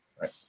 right